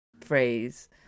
phrase